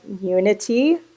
unity